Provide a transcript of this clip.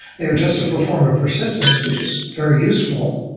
they are just a performer persistence, which is very useful.